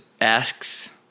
asks